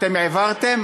אתם העברתם?